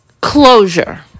closure